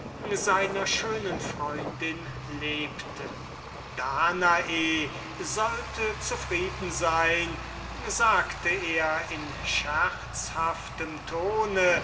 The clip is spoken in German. der schönen danae lebte danae sollte zu frieden sein sagte er in scherzhaftem ton